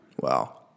Wow